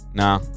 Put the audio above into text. nah